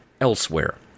elsewhere